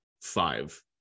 five